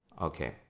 Okay